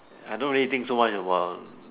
I don't really think so much about